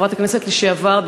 חברת הכנסת לשעבר,